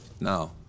No